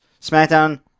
SmackDown